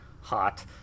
hot